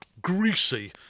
Greasy